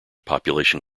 population